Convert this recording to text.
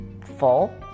full